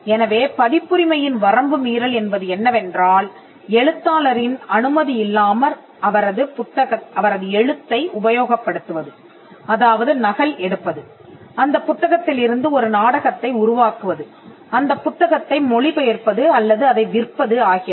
எனவே பதிப்புரிமையின் வரம்பு மீறல் என்பது என்னவென்றால் எழுத்தாளரின் அனுமதி இல்லாமல் அவரது எழுத்தை உபயோகப்படுத்துவது அதாவது நகல் எடுப்பது அந்தப் புத்தகத்திலிருந்து ஒரு நாடகத்தை உருவாக்குவது அந்தப் புத்தகத்தை மொழிபெயர்ப்பது அல்லது அதை விற்பது ஆகியவை